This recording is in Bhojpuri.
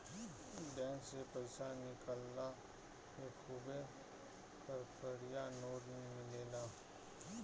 बैंक से पईसा निकलला पे खुबे कड़कड़िया नोट मिलेला